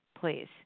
please